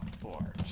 four